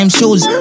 shoes